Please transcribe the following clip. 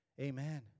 Amen